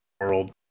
world